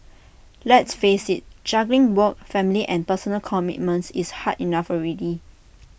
let's face IT juggling work family and personal commitments is hard enough already